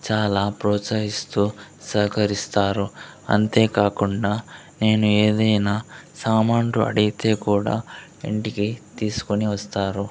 చాలా ప్రోత్సహిస్తూ సహకరిస్తారు అంతేకాకుండా నేను ఏదైనా సామాన్లు అడిగితే కూడా ఇంటికి తీసుకుని వస్తారు